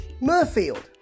Murfield